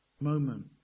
moment